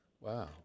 Wow